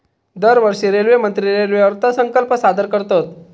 दरवर्षी रेल्वेमंत्री रेल्वे अर्थसंकल्प सादर करतत